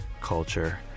culture